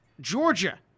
Georgia